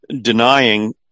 denying